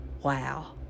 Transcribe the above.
wow